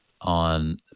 on